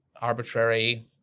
arbitrary